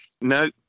No